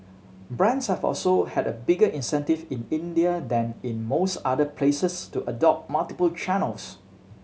brands have also had a bigger incentive in India than in most other places to adopt multiple channels